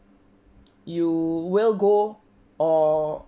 you will go or